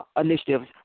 initiatives